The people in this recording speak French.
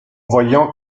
voyant